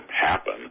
happen